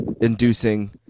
inducing